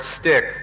stick